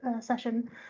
session